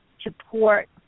support